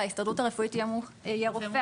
ההסתדרות הרפואית יהיה רופא.